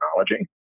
technology